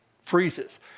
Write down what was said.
freezes